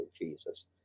jesus